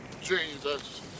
Jesus